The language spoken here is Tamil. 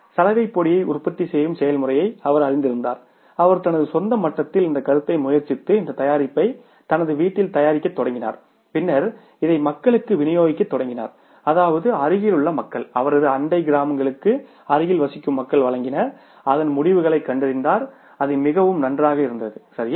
சலவைப் பொடியை உற்பத்தி செய்யும் செயல்முறையை அவர் அறிந்திருந்தார் அவர் தனது சொந்த மட்டத்தில் இந்த கருத்தை முயற்சித்து இந்த தயாரிப்பை தனது வீட்டில் தயாரிக்கத் தொடங்கினார் பின்னர் இதை மக்களுக்கு விநியோகிக்கத் தொடங்கினார் அதாவது அருகிலுள்ள மக்கள் அவரது அண்டை கிராமங்களுக்கு அருகில் வசிக்கும் மக்கள் வழங்கினார் அதன் முடிவுகளைக் கண்டறிந்தார் அது மிகவும் நன்றாக இருந்தது சரியா